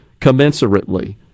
commensurately